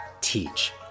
teach